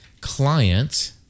client